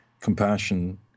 compassion